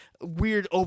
weird